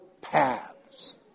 paths